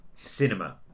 cinema